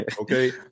okay